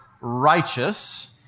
righteous